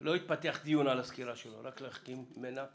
לא יתפתח דיון על הסקירה שלו רק להחכים ממנה,